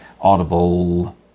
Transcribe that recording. Audible